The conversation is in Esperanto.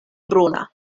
bruna